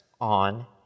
on